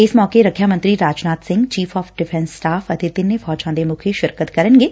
ਇਸ ਮੌਕੇ ਰਖਿਆ ਮੰਤਰੀ Rajnath Singh chief of defence staff ਅਤੇ ਤਿੰਨੇ ਫੌਜਾਂ ਦੇ ਮੱਖੀ ਸ਼ਿਰਕਤ ਕਰਨਗੇ